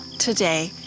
today